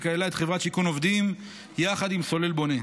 שכללה את חברת שיכון עובדים ביחד עם סולל בונה.